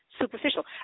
superficial